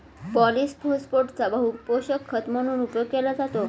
पॉलिफोस्फेटचा बहुपोषक खत म्हणून उपयोग केला जातो